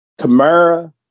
Kamara